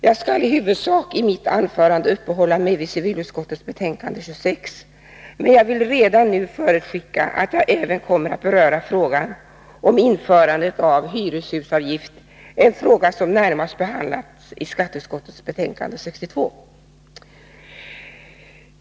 Jag skall i mitt anförande i huvudsak uppehålla mig vid civilutskottets betänkande 26, men jag vill redan nu förutskicka att jag även kommer att beröra frågan om införandet av hyreshusavgift, en fråga som närmast behandlats i skatteutskottets betänkande 62.